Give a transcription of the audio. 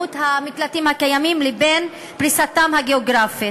המקלטים הקיימים לבין פריסתם הגיאוגרפית,